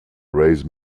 raise